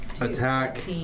attack